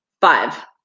five